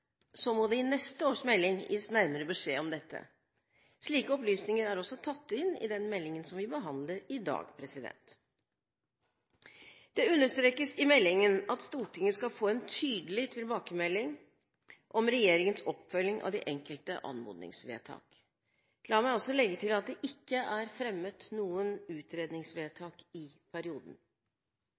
må det i neste års melding gis nærmere beskjed om dette. Slike opplysninger er også tatt inn i den meldingen som vi behandler i dag. Det understrekes i meldingen at Stortinget skal få en tydelig tilbakemelding om regjeringens oppfølging av de enkelte anmodningsvedtak. La meg også legge til at det ikke fremmet noen utredningsvedtak i perioden.